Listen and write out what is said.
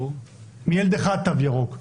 מילד אחד תו ירוק.